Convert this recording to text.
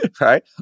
right